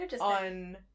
on